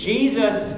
Jesus